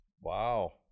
Wow